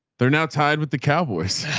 they're now tied with the cowboys